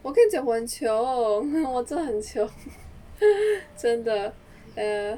我跟你讲我很穷我真的很穷真的 err